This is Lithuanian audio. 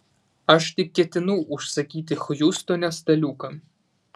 aš tik ketinau užsakyti hjustone staliuką